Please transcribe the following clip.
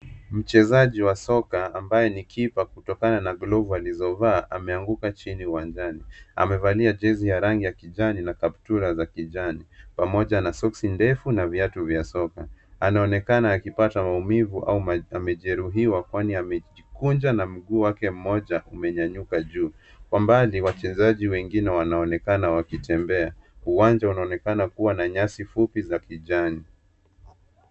Mchezaji wa soka ambaye ni kipa kutokana na glovu alizovaa ameanguka chini uwanjani. Amevalia jezi ya rangi ya kijani na kaptura za kijani, pamoja na soksi ndefu na viatu vya soka. Anaonekana akipata maumivu au amejeruhiwa kwani amejikunja na mguu wake moja umenyanyuka juu. Kwa mbali wachezaji wengine wanaonekana wakitembea. Uwanja unaonekana kuwa na nyasi fupi za kijani.